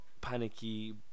panicky